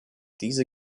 diese